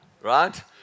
Right